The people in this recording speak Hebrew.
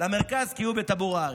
למרכז קיום בטבור הארץ.